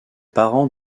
parents